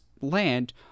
land